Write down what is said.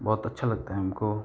बहुत अच्छा लगता है हमको